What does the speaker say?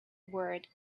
word